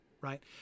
right